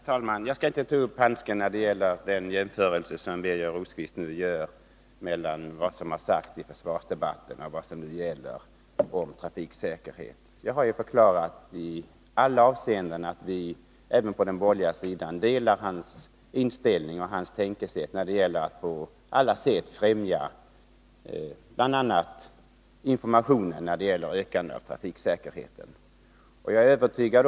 Herr talman! Jag skulle inte ta upp handsken när det gäller den jämförelse som Birger Rosqvist nu gör mellan vad som har sagts i försvarsdebatten och vad som nu gäller om trafiksäkerheten. Jag har förklarat att vi även på den borgerliga sidan i samtliga avseenden delar hans inställning och tänkesätt när det gäller att på alla sätt främja bl.a. informationen för ökande av trafiksäkerheten.